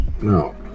No